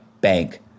bank